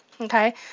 okay